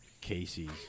Casey's